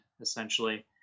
essentially